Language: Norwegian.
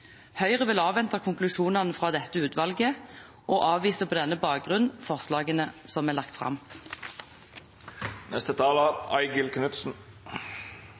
Høyre vil avvente konklusjonene fra dette utvalget og avviser på denne bakgrunn forslagene som er lagt